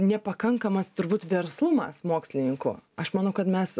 nepakankamas turbūt verslumas mokslininkų aš manau kad mes